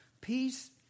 Peace